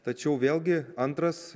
tačiau vėlgi antras